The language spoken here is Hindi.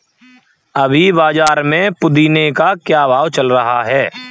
अभी बाज़ार में पुदीने का क्या भाव चल रहा है